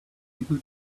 able